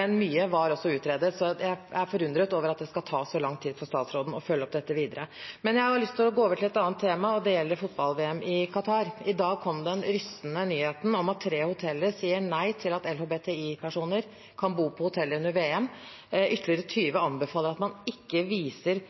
men mye var også utredet, så jeg er forundret over at det skal ta så lang tid for statsråden å følge opp dette videre. Men jeg har lyst til å gå over til et annet tema, og det gjelder fotball-VM i Qatar. I dag kom den rystende nyheten om at tre hoteller sier nei til at LHBTI-personer kan bo på hotellet under VM. Ytterligere 20 anbefaler at man ikke viser